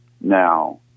now